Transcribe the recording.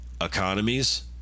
economies